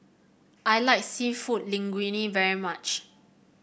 I like seafood Linguine very much